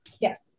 Yes